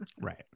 right